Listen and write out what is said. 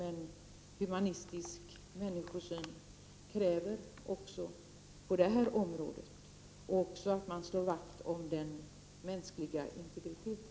En humanistisk människosyn kräver att man också på det här området slår vakt om den mänskliga integriteten.